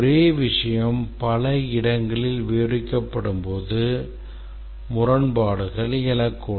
ஒரே விஷயம் பல இடங்களில் விவரிக்கப்படும்போது முரண்பாடுகள் எழக்கூடும்